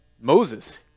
Moses